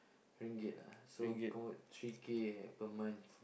ringgit lah so convert three K per month